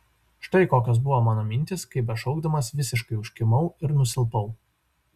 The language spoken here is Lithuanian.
štai kokios buvo mano mintys kai bešaukdamas visiškai užkimau ir nusilpau